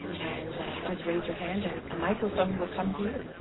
and just raise your hand and a microphone will come to you.